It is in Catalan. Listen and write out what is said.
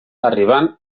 arribant